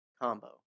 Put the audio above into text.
combo